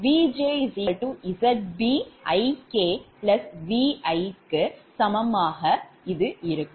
Vj ZbIk Vi க்கு சமமாக இருக்கும்